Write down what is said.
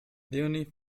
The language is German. leonie